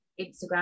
instagram